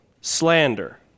slander